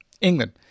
England